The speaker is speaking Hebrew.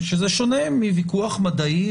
שזה שונה מוויכוח מדעי,